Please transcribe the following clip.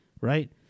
right